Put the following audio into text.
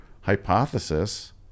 hypothesis